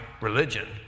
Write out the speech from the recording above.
religion